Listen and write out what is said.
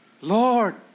Lord